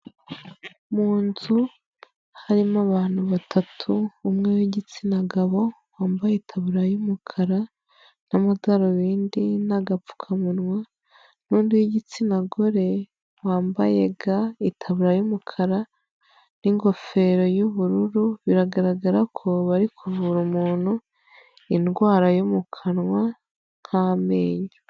Mu nzu harimo abantu batatu, umwe w'igitsina gabo wambaye ikabutura y'umukara n'amadarubindi n'agapfukamunwa n'undi w'igitsina gore wambaye ga, itaburiya y'umukara n'ingofero y'ubururu. Biragaragara ko bari kuvura umuntu indwara yo mu kanwa nk'amenyo.